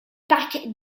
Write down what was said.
parc